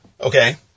Okay